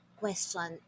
question